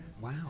wow